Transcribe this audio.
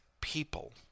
people